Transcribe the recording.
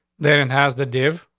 there it has the dave,